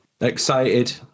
Excited